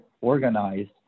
organized